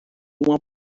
uma